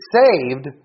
saved